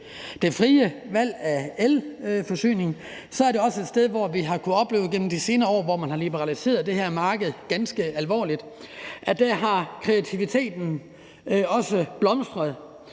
det frie valg af elforsyning, er der tale om et område, hvor vi igennem de senere år, hvor man har liberaliseret det her marked ganske alvorligt, har kunnet opleve, at kreativiteten har blomstret.